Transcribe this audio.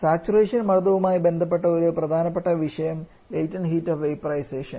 saturation മർദ്ദമായി ബന്ധപ്പെട്ട മറ്റൊരു പ്രധാനപ്പെട്ട വിഷയമാണ് ലെറ്റന്റ് ഹീറ്റ് ഓഫ് വേപോറൈസെഷൻ